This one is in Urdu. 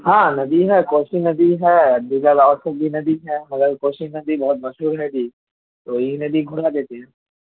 ہاں ندی ہے کوسی ندی ہے دیگر اور سب بھی ندی ہے مگر کوسی ندی بہت مشہور ہے جی تو یہی ندی گھما دیتے ہیں